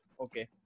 Okay